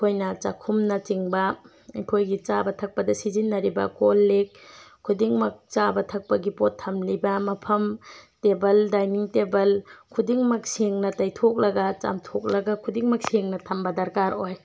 ꯑꯩꯈꯣꯏꯅ ꯆꯥꯛꯈꯨꯝꯅ ꯆꯤꯡꯕ ꯑꯩꯈꯣꯏꯒꯤ ꯆꯥꯕ ꯊꯛꯄꯗ ꯁꯤꯖꯤꯟꯅꯔꯤꯕ ꯀꯣꯜꯂꯤꯛ ꯈꯨꯗꯤꯡꯃꯛ ꯆꯥꯕ ꯊꯛꯄꯒꯤ ꯄꯣꯠ ꯊꯝꯂꯤꯕ ꯃꯐꯝ ꯇꯦꯕꯜ ꯗꯤꯏꯅꯤꯡ ꯇꯦꯕꯜ ꯈꯨꯗꯤꯡꯃꯛ ꯁꯦꯡꯅ ꯇꯩꯊꯣꯛꯂꯒ ꯆꯥꯝꯊꯣꯛꯂꯒ ꯈꯨꯗꯤꯡꯃꯛ ꯁꯦꯡꯅ ꯊꯝꯕ ꯗꯔꯀꯥꯔ ꯑꯣꯏ